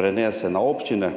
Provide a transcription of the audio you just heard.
prenese na občine